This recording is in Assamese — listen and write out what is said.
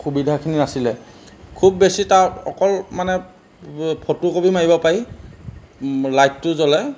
সুবিধাখিনি নাছিলে খুব বেছি তাত অকল মানে ফটো কপি মাৰিব পাৰি লাইটটো জ্বলে